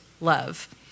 love